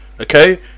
okay